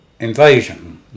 Invasion